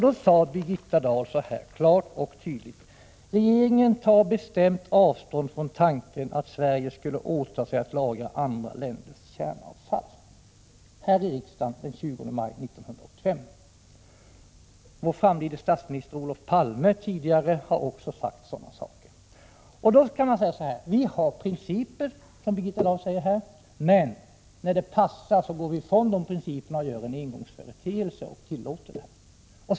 Då sade Birgitta Dahl klart och tydligt att ”regeringen tar bestämt avstånd från tanken att Sverige skulle åta sig att lagra andra länders kärnavfall”. Detta sade alltså Birgitta Dahl här i riksdagen den 20 maj 1985. Vår framlidne statsminister Olof Palme har tidigare sagt samma sak. Vi har principer, som Birgitta Dahl säger här, men när det passar går man ifrån dessa principer såsom en ”engångsföreteelse” och tillåter sådan här verksamhet.